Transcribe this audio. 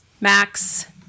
Max